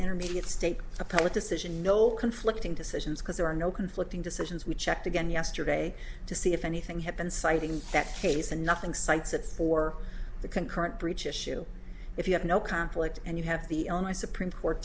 intermediate state appellate decision no conflicting decisions because there are no conflicting decisions we checked again yesterday to see if anything happened citing that case and nothing cites it for the concurrent breach issue if you have no conflict and you have the supreme court